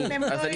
לא, לא.